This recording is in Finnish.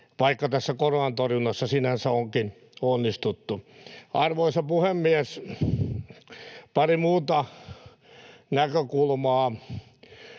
vaikka tässä koronan torjunnassa sinänsä onkin onnistuttu. Arvoisa puhemies! Pari muuta näkökulmaa